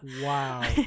Wow